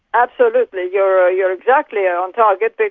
absolutely, you're ah you're exactly on target, but